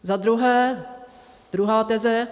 Za druhé, druhá teze.